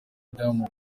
diamond